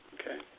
Okay